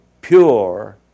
pure